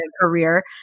career